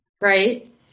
right